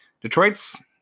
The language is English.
Detroit's